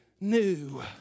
new